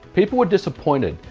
people were disappointed.